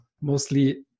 mostly